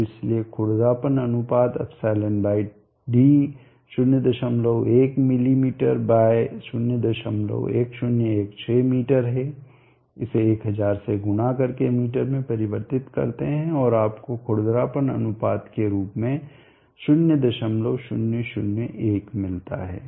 तो इसलिए खुरदरापन अनुपात εd 01 मिमी बाय 01016 मीटर है इसे 1000 से गुणा करके मीटर में परिवर्तित करते है और आपको खुरदरापन अनुपात के रूप में 0001 मिलता है